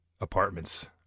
Apartments